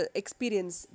experience